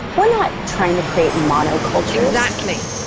we're not trying to create monocultures exactly.